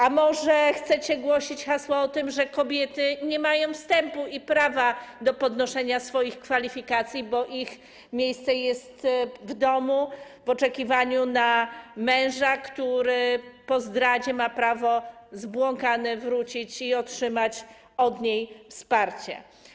A może chcecie głosić hasła o tym, że kobiety nie mają wstępu i prawa do podnoszenia swoich kwalifikacji, bo ich miejsce jest w domu, w oczekiwaniu na męża, który po zdradzie ma prawo zbłąkany wrócić i otrzymać od żony wsparcie?